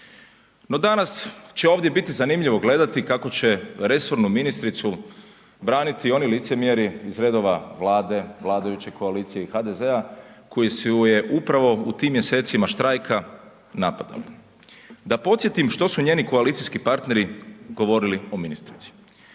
No danas će ovdje biti zanimljivo gledati kako će resornu ministricu braniti oni licemjeri iz redova Vlade, vladajuće koalicije i HDZ-a koji su je upravo u tim mjesecima štrajka napadali. Da podsjetim što su njeni koalicijski partneri govorili o ministrici.